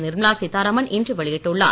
நிர்மலா சீத்தாராமன் இன்று வெளியிட்டுள்ளார்